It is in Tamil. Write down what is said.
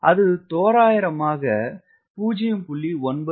அது தோராயமாக 0